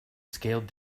scaled